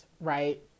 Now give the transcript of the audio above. Right